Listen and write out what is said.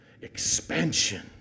expansion